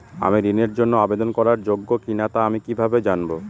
আমি ঋণের জন্য আবেদন করার যোগ্য কিনা তা আমি কীভাবে জানব?